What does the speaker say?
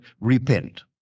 repent